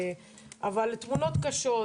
אבל תמונות קשות,